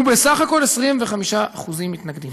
ובסך הכול 25% מתנגדים.